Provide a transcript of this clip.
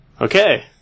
Okay